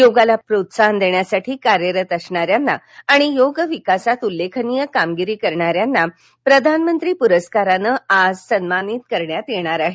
योगाला प्रोत्साहन देण्यासाठी कार्यरत असणाऱ्यांना आणि योग विकासात उल्लेखनीय कामगिरी करणाऱ्यांना प्रधानमंत्री पुरस्कारानं सन्मानित करण्यात येणार आहे